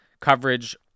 coverage